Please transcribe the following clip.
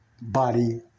Body